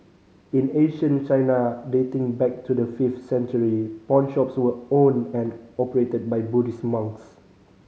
in ancient China dating back to the fifth century pawnshops were owned and operated by Buddhist monks